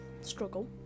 struggle